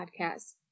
podcast